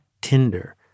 Tinder